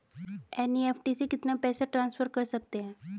NEFT से कितना पैसा ट्रांसफर कर सकते हैं?